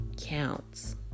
counts